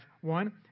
one